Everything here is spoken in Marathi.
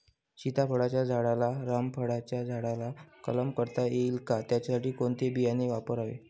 सीताफळाच्या झाडाला रामफळाच्या झाडाचा कलम करता येईल का, त्यासाठी कोणते बियाणे वापरावे?